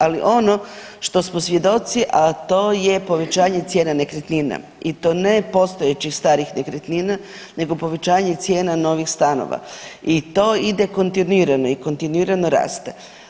Ali ono što smo svjedoci, a to je povećanje cijena nekretnina i to ne postojećih starih nekretnina nego povećanje cijena novih stanova i to ide kontinuirano i kontinuirano raste.